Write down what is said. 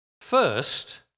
First